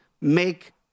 make